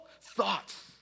thoughts